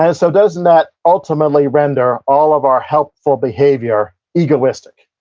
and so, doesn't that ultimately render all of our helpful behavior egoistic,